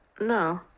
No